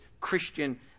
Christian